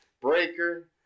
Breaker